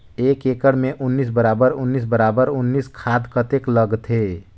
एक एकड़ मे उन्नीस बराबर उन्नीस बराबर उन्नीस खाद कतेक लगथे?